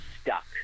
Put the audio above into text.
stuck